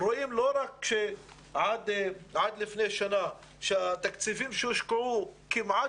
רואים לא רק שעד לפני שנה התקציבים שהושקעו כמעט